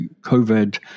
COVID